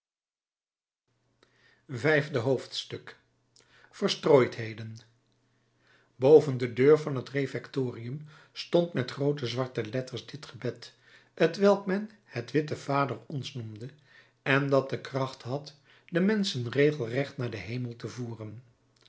vijfde hoofdstuk verstrooidheden boven de deur van het refectorium stond met groote zwarte letters dit gebed t welk men het witte vader ons noemde en dat de kracht had de menschen regelrecht naar den hemel te voeren